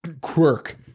quirk